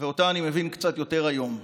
ואותה אני מבין קצת יותר היום: